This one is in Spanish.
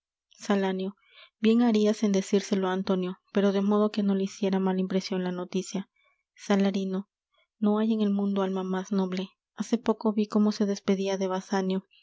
salanio bien harias en decírselo á antonio pero de modo que no le hiciera mala impresion la noticia salarino no hay en el mundo alma más noble hace poco ví cómo se despedia de basanio